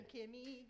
Kimmy